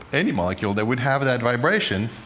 any molecule, that would have that vibration